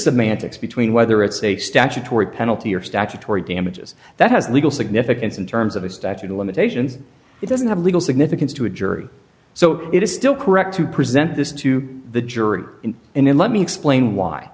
ticks between whether it's a statutory penalty or statutory damages that has legal significance in terms of a statute of limitations it doesn't have legal significance to a jury so it is still correct to present this to the jury and let me explain why